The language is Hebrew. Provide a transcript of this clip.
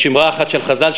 יש אמרה אחת של חז"ל,